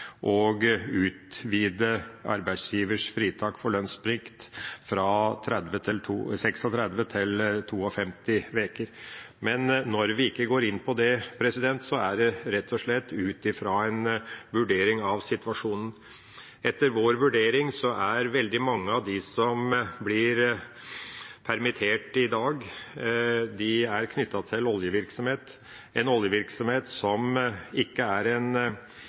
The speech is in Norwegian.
og utvide arbeidsgivers fritak for lønnsplikt fra 36 til 52 uker. Men når vi ikke går inn for det, er det rett og slett ut fra en vurdering av situasjonen. Etter vår vurdering er veldig mange av dem som blir permittert i dag, knyttet til oljevirksomhet – en oljesektor som ikke er i en